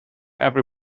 every